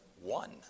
one